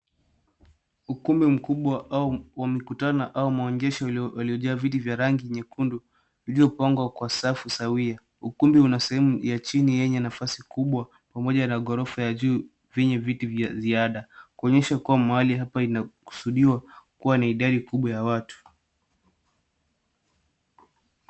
Ukumbi mkubwa wa mikutano au maonyesho uliojaa viti vya rangi nyekundu uliopangwa kwa safu sawia. Ukumbi una sehemu ya chini yenye nafasi kubwa pamoja na ghorofa ya juu vyenye viti vya ziada, kuonyesha kuwa mahali inakusudiwa kuwa na idadi kubwa ya watu.